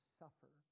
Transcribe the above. suffer